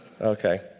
Okay